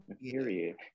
Period